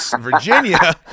Virginia